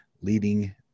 leading